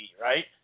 right